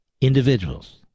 individuals